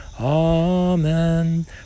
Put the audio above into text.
Amen